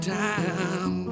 time